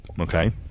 Okay